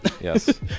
Yes